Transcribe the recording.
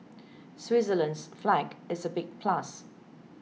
Switzerland's flag is a big plus